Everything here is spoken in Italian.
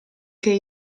che